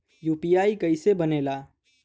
UPI कईसे बनेला?